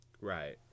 Right